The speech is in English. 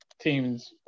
teams